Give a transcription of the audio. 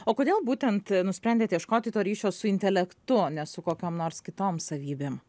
o kodėl būtent nusprendėt ieškoti to ryšio su intelektu ne su kokiom nors kitom savybėm